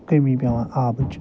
کٔمی پٮ۪وان آبٕچ